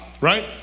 right